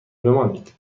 بمانید